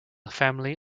family